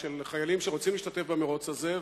של חיילים שרוצים להשתתף במירוץ הזה,